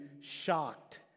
shocked